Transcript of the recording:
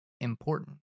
important